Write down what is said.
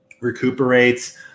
recuperates